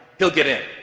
he'll get in.